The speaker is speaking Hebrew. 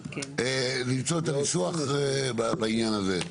למצוא את הניסוח בעניין הזה.